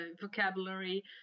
vocabulary